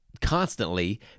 constantly